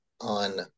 on